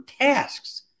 tasks